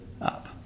up